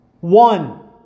one